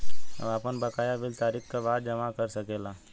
हम आपन बकाया बिल तारीख क बाद जमा कर सकेला?